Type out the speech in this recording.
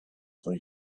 they